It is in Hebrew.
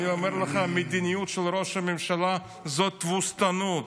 אני אומר לך, המדיניות של ראש הממשלה זאת תבוסנות.